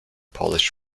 polish